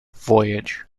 voyage